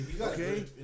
Okay